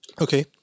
Okay